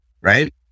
Right